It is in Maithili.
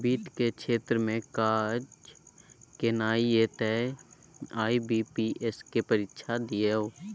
वित्त केर क्षेत्र मे काज केनाइ यै तए आई.बी.पी.एस केर परीक्षा दियौ